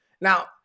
Now